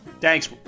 Thanks